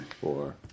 four